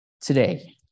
today